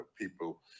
people